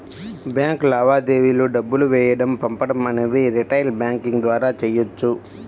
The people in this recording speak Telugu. బ్యాంక్ లావాదేవీలు డబ్బులు వేయడం పంపడం అనేవి రిటైల్ బ్యాంకింగ్ ద్వారా చెయ్యొచ్చు